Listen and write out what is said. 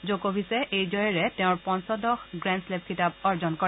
জক ডিচে এই জয়েৰে তেওঁৰ পঞ্চদশ গ্ৰেণ্ডশ্লেম খিতাপ অৰ্জন কৰে